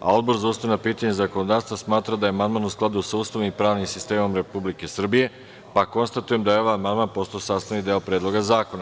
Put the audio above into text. a Odbor za ustavna pitanja i zakonodavstvo smatra da je amandman u skladu sa Ustavom i pravnim sistemom Republike Srbije, pa konstatujem da je ovaj amandman postao sastavni deo Predloga zakona.